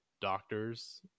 doctors